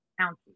ounces